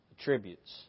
attributes